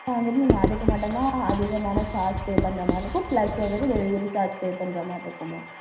so வந்துட்டு நீங்கள் அதுக்கு மட்டும்தான் அதிகமான சார்ஜ் பே பண்ணுறா மாதிரி இருக்கும் ப்ளஸ் வந்துட்டு டெலிவரி சார்ஜ் பே பண்ணுற மாதிரி இருக்கும் மேம்